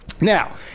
Now